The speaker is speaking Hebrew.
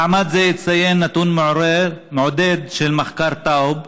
במעמד זה אציין נתון מעודד של מחקר טאוב,